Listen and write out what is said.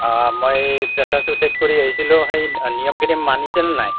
অঁ মই প্ৰেচাৰটো ছেক কৰি আহিছিলোঁ সেই নিয়মখিনি মানিছে নে নাই